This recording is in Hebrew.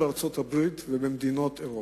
גם בארצות-הברית ובמדינות אירופה.